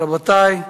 רבותי,